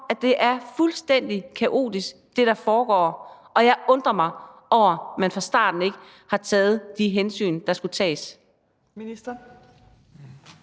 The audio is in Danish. er fuldstændig kaotisk, og jeg undrer mig over, at man fra starten af ikke har taget de hensyn, der skulle tages.